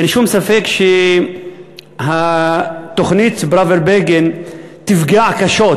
אין שום ספק שתוכנית פראוור-בגין תפגע קשות